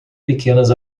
pequenas